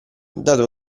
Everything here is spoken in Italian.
dato